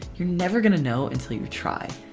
you're never gonna know until you try.